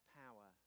power